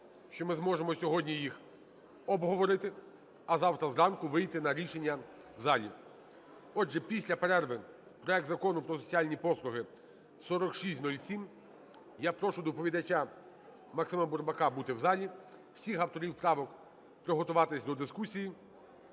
що ми зможемо сьогодні їх обговорити, а завтра зранку вийти на рішення в залі. Отже, після перерви проект Закону про соціальні послуги (4607). Я прошу доповідача Максима Бурбака бути в залі, всіх авторів правок приготуватися до дискусії.